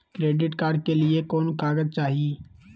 Credit card के लिए कौन कागज चाही?